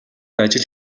ажил